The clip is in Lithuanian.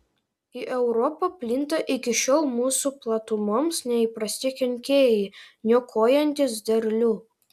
į europą plinta iki šiol mūsų platumoms neįprasti kenkėjai niokojantys derlių